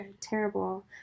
terrible